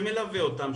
שמלווה אותם,